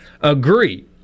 agree